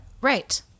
Right